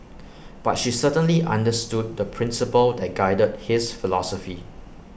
but she certainly understood the principle that guided his philosophy